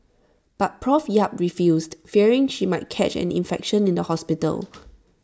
but Prof yap refused fearing she might catch an infection in the hospital